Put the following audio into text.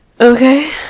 okay